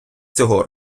цього